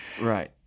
Right